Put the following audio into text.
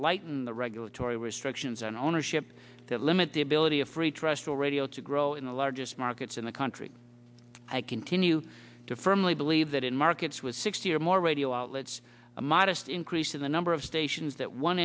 lighten the regulatory restrictions on ownership that limit the ability of free trustful radio to grow in the largest markets in the country i continue to firmly believe that in markets with sixty or more radio outlets a modest increase in the number of stations that one